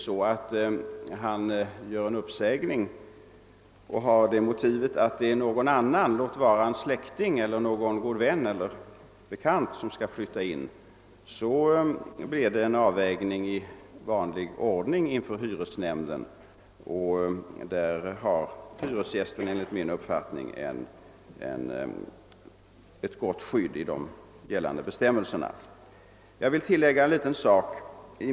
Om han säger upp lägenheten med motiveringen att någon annan, t.ex. en släkting, god vän eller bekant skall flytta in, så blir det en avvägning inför hyresnämnden i vanlig ordning, och där har hyresgästen enligt min uppfattning ett gott skydd i gällande bestämmelser. Sedan vill jag tillägga en liten sak.